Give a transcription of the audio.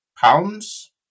pounds